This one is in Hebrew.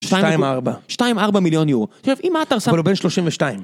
שתיים ארבע. שתיים ארבע מיליון ירו. תראה, אם מה אתה עושה... אבל הוא בן שלושים ושתיים.